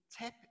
tap